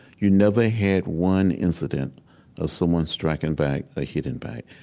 you never had one incident of someone striking back or hitting back.